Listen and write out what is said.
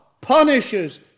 punishes